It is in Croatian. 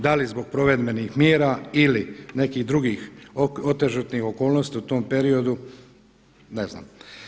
Da li zbog provedbenih mjera ili nekih drugih otegotnih okolnosti u tom periodu, ne znam.